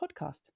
podcast